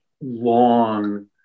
long